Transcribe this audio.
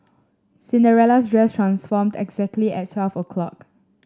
Cinderella's dress transformed exactly at twelve o'clock